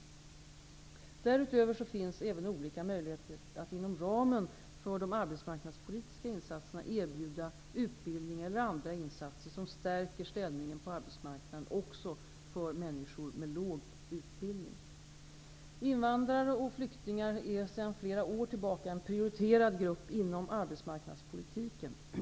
Därutöver finns även olika möjligheter att inom ramen för de arbetsmarknadspolitiska insatserna erbjuda utbildning eller andra insatser, som stärker ställningen på arbetsmarknaden också för människor med låg utbildning. Invandrare och flyktingar är sedan flera år tillbaka en prioriterad grupp inom arbetsmarknadspolitiken.